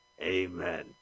Amen